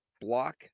block